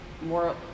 more